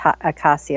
Acacia